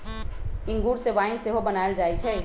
इंगूर से वाइन सेहो बनायल जाइ छइ